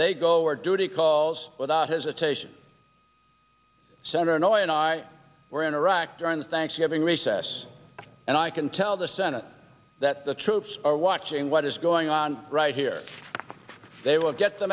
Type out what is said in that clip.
they go where duty calls without hesitation senator know and i were in iraq during the thanksgiving recess and i can tell the senate that the troops are watching what is going on right here they will get the